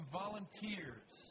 volunteers